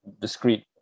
discrete